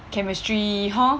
chemistry hor